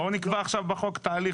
אז בואו נקבע עכשיו בחוק תהליך,